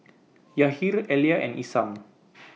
Yahir Elia and Isam